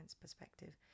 perspective